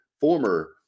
former